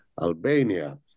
Albania